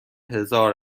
هزار